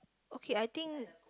okay I think